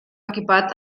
equipat